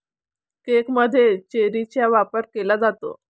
केकमध्येही चेरीचा वापर केला जातो